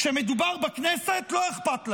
כשמדובר בכנסת לא אכפת להם.